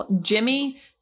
Jimmy